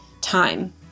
time